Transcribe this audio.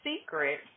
secret